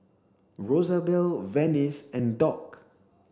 Rosabelle Venice and Dock